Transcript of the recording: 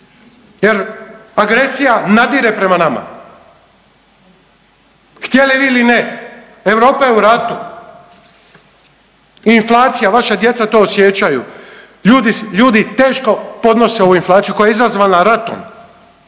jer agresija nadire prema nama. Htjeli ili ne Europa je u ratu i inflacija, vaša djeca to osjećaju. Ljudi teško podnose ovu inflaciju koja je izazvana ratom.